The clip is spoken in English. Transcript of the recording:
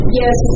yes